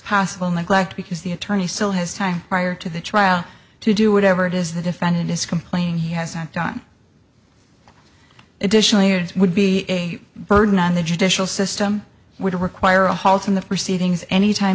possible neglect because the attorney still has time prior to the trial to do whatever it is the defendant is complaining he hasn't done it dition years would be a burden on the judicial system would require a halt in the proceedings any time